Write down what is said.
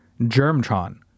Germtron